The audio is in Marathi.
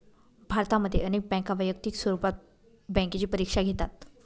भारतामध्ये अनेक बँका वैयक्तिक स्वरूपात बँकेची परीक्षा घेतात